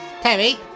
Terry